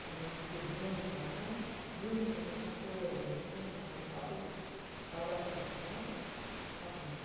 یُس یہِ ڈوٗن چھُ آسان ڈوٗنِس منٛز چھُ آسان ژور گوج تٕمن چھُ آسان اَکوٕے سُہ کور چھُ آسان تِمن اَکوٕے